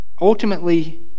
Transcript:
ultimately